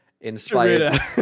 inspired